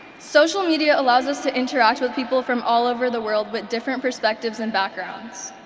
social media allows us to interact with people from all over the world with different perspectives and backgrounds.